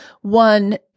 one